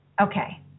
Okay